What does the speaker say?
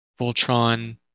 Voltron